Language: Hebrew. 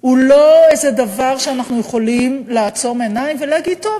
הוא לא איזה דבר שאנחנו יכולים לעצום עיניים ולהגיד: טוב,